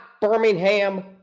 Birmingham